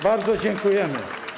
Bardzo dziękujemy.